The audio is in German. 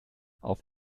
auf